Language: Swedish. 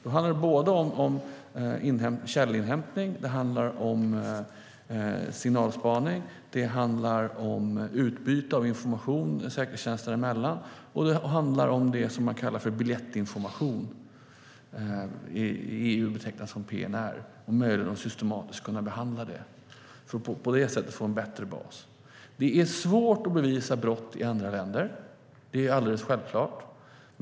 Det gäller källinhämtning, signalspaning, utbyte av information säkerhetstjänster emellan och det som man kallar för biljettinformation, som EU betecknar PNR, och om möjligheten att systematiskt kunna behandla detta för att få en bättre bas. Det är svårt att bevisa brott i andra länder. Det är alldeles självklart.